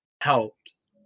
helps